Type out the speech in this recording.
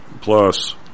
plus